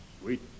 sweet